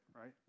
right